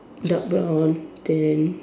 dark brown then